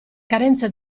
carenze